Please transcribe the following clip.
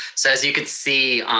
so, as you can see,